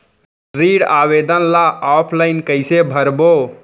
ऋण आवेदन ल ऑफलाइन कइसे भरबो?